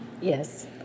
Yes